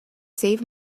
save